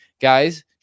Guys